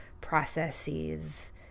processes